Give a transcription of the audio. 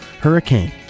Hurricane